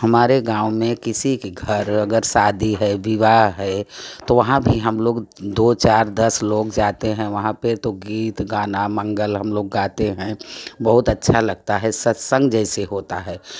हमारे गाँव में अगर किसी के घर शादी है विवाह है तो वहाँ भी हम लोग दो चार दस लोग जाते हैँ तो गीत गाना मंगल हम लोग गाते हैँ बहोत अच्छा लगता है सत्संग जैसे होता है